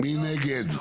מי נגד?